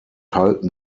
halten